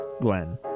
Glenn